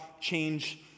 change